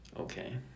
Okay